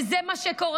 וזה מה שקורה.